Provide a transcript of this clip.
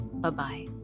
Bye-bye